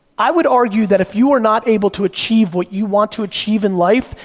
i would argue that if you are not able to achieve what you want to achieve in life,